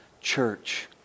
church